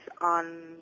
on